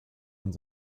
und